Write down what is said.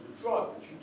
drug